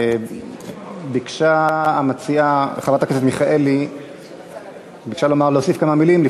ביקשה חברת הכנסת מיכאלי להוסיף כמה מילים.